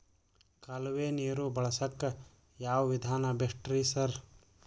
ಕಾಲುವೆ ನೀರು ಬಳಸಕ್ಕ್ ಯಾವ್ ವಿಧಾನ ಬೆಸ್ಟ್ ರಿ ಸರ್?